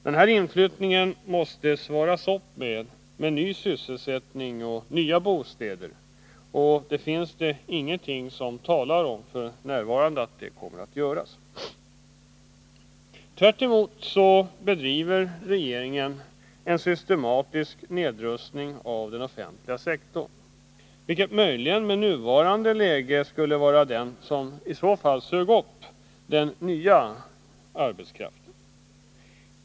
Denna inflyttning måste mötas med ny sysselsättning och nya bostäder, men det finns inget som f. n. talar för att detta kommer att göras. Tvärtom bedriver regeringen en systematisk nedrustning av den offentliga sektorn, vilken möjligen i nuvarande läge skulle vara den som i så fall sög upp den ”nya” arbetskraften.